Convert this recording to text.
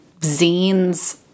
zines